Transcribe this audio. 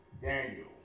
Daniel